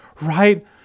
right